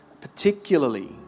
particularly